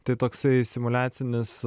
tai toksai simuliacinis